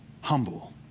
humble